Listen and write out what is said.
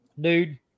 Dude